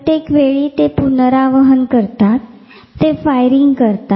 प्रत्येक वेळी ते पुनरावहन करतात ते फायरिंग करत राहतात